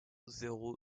zéro